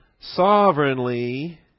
sovereignly